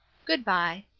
good-bye.